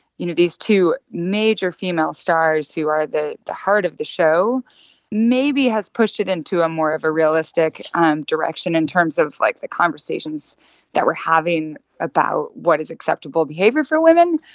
you know, these two major female stars who are the the heart of the show maybe has pushed it into a more of a realistic um direction in terms of, like, the conversations that we're having about what is acceptable behavior for women.